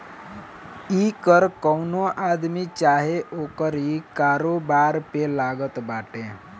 इ कर कवनो आदमी चाहे ओकरी कारोबार पे लागत बाटे